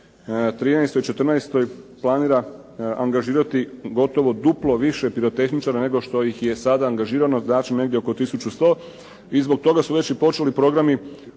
2013., 14-oj planira angažirati gotovo duplo više pirotehničara, nego što ih je sada angažirano, da će negdje oko tisuću 100 i zbog toga su već i počeli programi